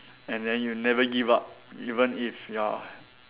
and then you never give up even if you are